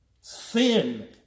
Sin